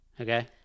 Okay